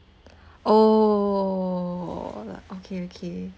oh okay okay